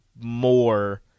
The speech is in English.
more